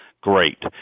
great